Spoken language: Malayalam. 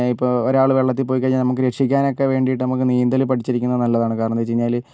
ഇപ്പം ഒരാൾ വെള്ളത്തിൽ പോയിക്കഴിഞ്ഞാൽ നമുക്ക് രക്ഷിക്കാനൊക്കേ വേണ്ടിട്ട് നമുക്ക് നീന്തൽ പഠിച്ചിരിക്കുന്നത് നല്ലതാണ് കാരണെന്താ വെച്ചു കഴിഞ്ഞാൽ